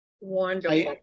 Wonderful